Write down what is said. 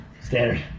Standard